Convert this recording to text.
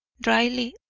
dryly,